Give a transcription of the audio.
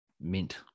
mint